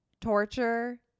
Torture